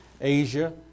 Asia